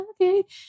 okay